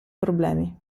problemi